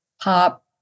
pop